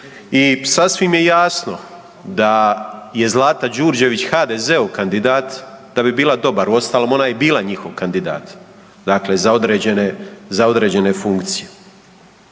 i sasvim je jasno da je Zlata Đurđević HDZ-ov kandidat da bi bila dobar, uostalom ona je i bila njihov kandidat, dakle za određene,